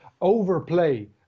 overplay